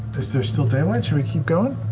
is there still daylight? should we keep going?